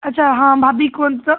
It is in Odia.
ଆଚ୍ଛା ହଁ ଭାବିକି କୁହନ୍ତୁ ତ